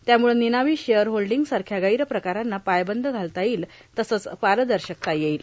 यामुळे र्मननावी शेअर होल्डींगसारख्या गैरप्रकारांना पायबंद घालता येईल तसेच पारदशकता येईल